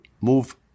move